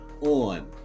on